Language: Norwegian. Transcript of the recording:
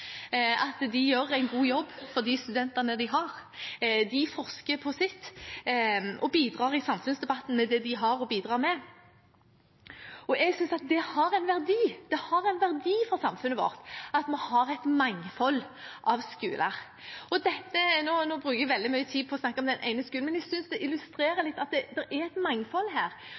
at de gjør en god jobb for de studentene de har. De forsker på sitt og bidrar i samfunnsdebatten med det de har å bidra med. Jeg synes at det har en verdi for samfunnet vårt at vi har et mangfold av skoler. Nå bruker jeg veldig mye tid på å snakke om denne ene skolen, men jeg synes det illustrerer at det er et mangfold her.